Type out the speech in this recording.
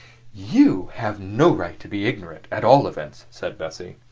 you have no right to be ignorant, at all events, said bessie.